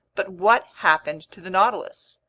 but what happened to the nautilus?